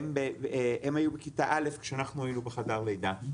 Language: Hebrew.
הם היו בכיתה א' כשאנחנו היינו בחדר לידה.